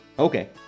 Okay